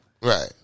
Right